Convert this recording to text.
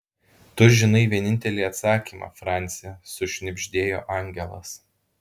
tu žinai vienintelį atsakymą franci sušnibždėjo angelas